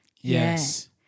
Yes